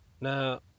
Now